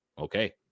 Okay